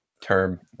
term